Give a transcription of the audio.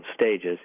stages